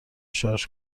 شارژ